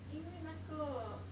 因为那个